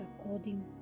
according